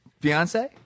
fiance